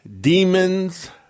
demons